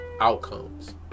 outcomes